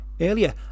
earlier